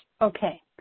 Okay